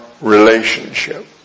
relationship